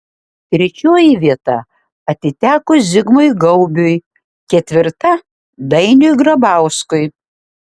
trečioji vieta atiteko zigmui gaubiui ketvirta dainiui grabauskui